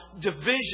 division